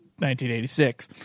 1986